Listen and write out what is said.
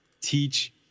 teach